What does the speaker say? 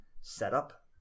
setup